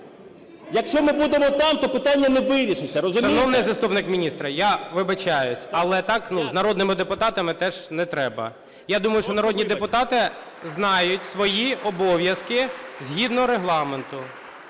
Якщо ми будемо там, то питання не вирішиться. Розумієте? ГОЛОВУЮЧИЙ. Шановний заступник міністра, я вибачаюсь, але так, ну, з народними депутатами теж не треба. Я думаю, що народні депутати знають свої обов'язки згідно Регламенту